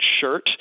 shirt